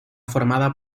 formada